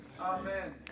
Amen